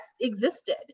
existed